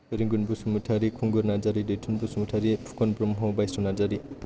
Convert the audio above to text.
रोंगोन बसुमथारि खुंगुर नार्जारि दैथुन बसुमथारि फुखन ब्रम्ह बायसुं नार्जारि